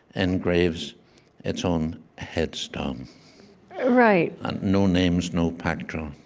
engraves its own headstone right and no names, no pack drill.